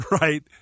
right